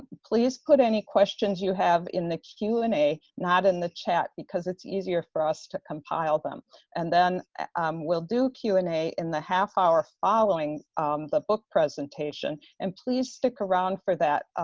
please put any questions you have in the q and a, not in the chat, because it's easier for us to compile them and then we'll do q and a in the half hour following the book presentation. and please stick around for that.